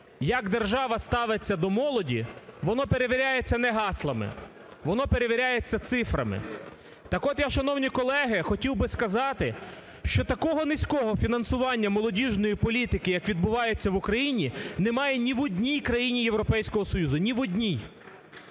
як держава ставиться до молоді – воно перевіряється не гаслами, воно перевіряється цифрами, так от, я, шановні колеги, хотів би сказати, що такого низького фінансування молодіжної політики, як відбувається в Україні, немає ні в одній країні Європейського Союзу, ні в одній!